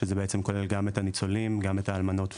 שזה כולל גם את הניצולים וגם את האלמנות והאלמנים.